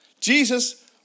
jesus